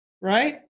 right